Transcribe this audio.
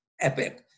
epic